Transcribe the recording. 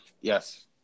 yes